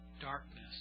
Darkness